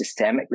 systemically